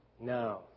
no